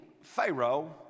pharaoh